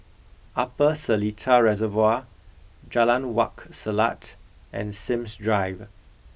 Upper Seletar Reservoir Jalan Wak Selat and Sims Drive